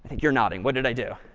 you're nodding. what did i do?